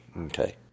Okay